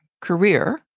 career